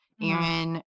Aaron